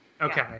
Okay